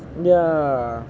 ya